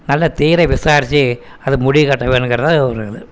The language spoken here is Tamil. நல்ல தீர விசாரித்து அதை முடிவுக்கட்ட வேணுங்கிறதுதான் ஒரு இது